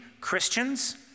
Christians